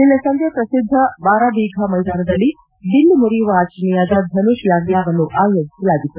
ನಿನ್ನೆ ಸಂಜೆ ಪ್ರಸಿದ್ಧ ಬಾರಾಬೀಘಾ ಮೈದಾನದಲ್ಲಿ ಬಿಲ್ಲು ಮುರಿಯುವ ಆಚರಣೆಯಾದ ಧನುಷ್ ಯಾಗ್ಯಾ ವನ್ನು ಆಯೋಜಿಸಲಾಗಿತ್ತು